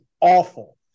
awful